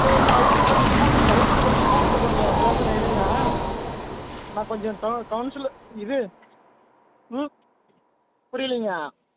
சரி நான் அவருகிட்ட கொஞ்சம் அவருகிட்ட கூப்பிட்டு கொஞ்சம் பேசுகிறேன் இருங்க நான் கொஞ்சம் கவுன்சிலு இது ம் புரியலிங்க